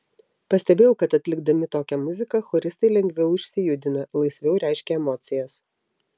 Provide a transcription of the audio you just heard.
pastebėjau kad atlikdami tokią muziką choristai lengviau išsijudina laisviau reiškia emocijas